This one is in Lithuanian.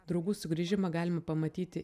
draugų sugrįžimą galima pamatyti